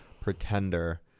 Pretender